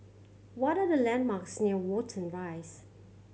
what are the landmarks near Watten Rise